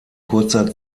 kurzer